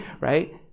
Right